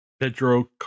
Pedro